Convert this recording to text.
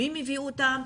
מי מביא אותם?